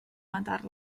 matar